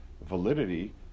validity